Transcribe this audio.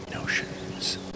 notions